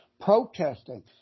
protesting